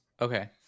Okay